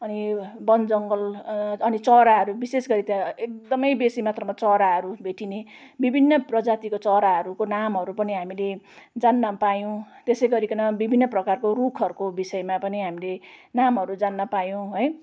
अनि वनजङ्गल अनि चराहरू विशेषगरी त्यहाँ एकदमै बेसी मात्रामा चराहरू भेटिने विभिन्न प्रजातिको चराहरूको नामहरू पनि हामीले जान्न पायौँ त्यसै गरिकन विभिन्न प्रकारको रुखहरूको विषयमा पनि हामीले नामहरू जान्न पायौँ है